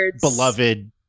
beloved